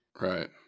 Right